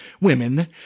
women